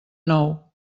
nou